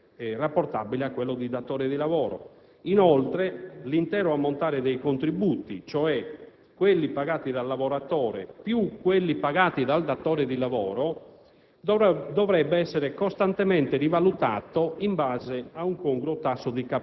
poiché il Senato non ha un rapporto con il parlamentare rapportabile a quello di datore di lavoro. Inoltre, l'intero ammontare dei contributi, ossia quelli pagati dal lavoratore più quelli pagati dal datore di lavoro,